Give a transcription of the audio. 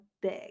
big